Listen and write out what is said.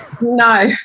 No